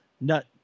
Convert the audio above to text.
nut